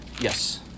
Yes